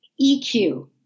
EQ